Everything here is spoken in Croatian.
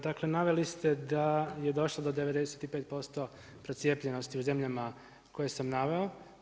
Dakle, naveli ste da je došlo do 95% procjenljivosti u zemljama koje sam naveo.